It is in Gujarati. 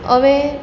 હવે